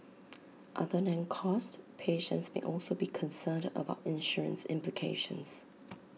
other than cost patients may also be concerned about insurance implications